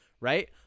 right